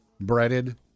breaded